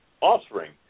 offspring